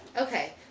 Okay